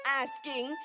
asking